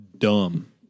dumb